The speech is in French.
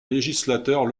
législateur